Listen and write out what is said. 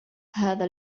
هذا